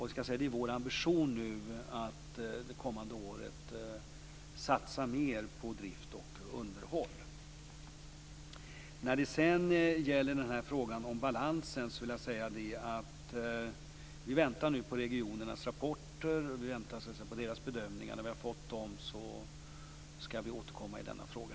Det är nu vår ambition att det kommande året satsa mer på drift och underhåll. När det gäller frågan om balansen vill jag säga att vi nu väntar på regionernas rapporter. Vi väntar på deras bedömningar. När vi har fått dem skall vi återkomma i denna fråga.